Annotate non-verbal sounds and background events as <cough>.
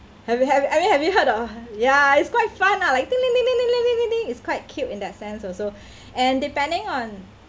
have you have you I mean have you heard of ya it's quite fun lah like <noise> it's quite cute in that sense also <breath> and depending on